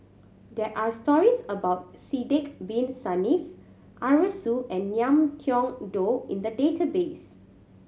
there are stories about Sidek Bin Saniff Arasu and Ngiam Tong Dow in the database